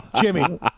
Jimmy